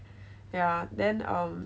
ya then um